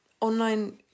online